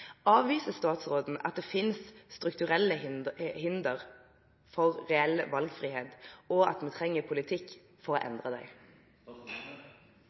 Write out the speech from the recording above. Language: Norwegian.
Avviser statsråden at det finnes strukturelle hindre for reell valgfrihet, og at vi trenger politikk for å endre